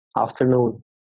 afternoon